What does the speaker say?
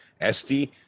sd